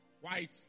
white